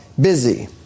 busy